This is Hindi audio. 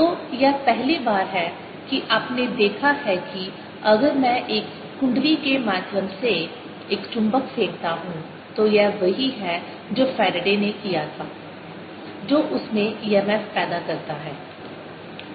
तो यह पहली बार है कि आपने देखा है कि अगर मैं एक कुंडली के माध्यम से एक चुंबक फेंकता हूं तो यह वही है जो फैराडे ने किया था जो उस में emf पैदा करता है